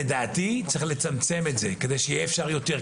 לדעתי צריך לצמצם את זה כדי שאפשר יהיה יותר,